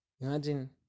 Imagine